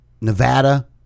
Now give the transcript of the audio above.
Nevada